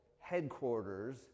headquarters